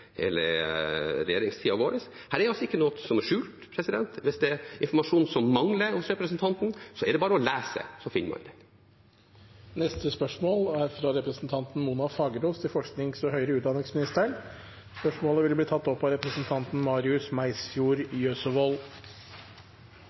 regjeringstida vår. Her er ikke noe som er skjult. Hvis det er informasjon som mangler hos representanten, er det bare å lese, så finner man det. Dette spørsmålet, fra representanten Mona Fagerås til forsknings- og høyere utdanningsministeren, vil bli tatt opp av representanten Marius